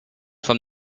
from